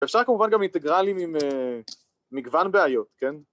אפשר כמובן גם אינטגרלים עם מגוון בעיות, כן?